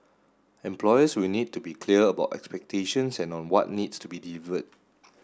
employers will need to be clear about expectations and on what needs to be delivered